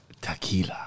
tequila